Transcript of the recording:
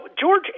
George